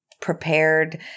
prepared